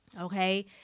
Okay